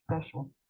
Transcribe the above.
special